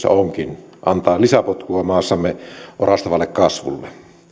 onkin antaa lisäpotkua maassamme orastavalle kasvulle